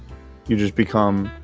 you just become